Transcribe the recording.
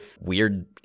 weird